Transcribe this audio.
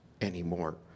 anymore